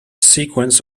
sequence